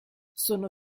sono